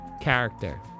character